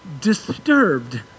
disturbed